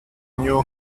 new